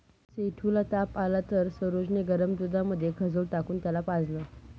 सेठू ला ताप आला तर सरोज ने गरम दुधामध्ये खजूर टाकून त्याला पाजलं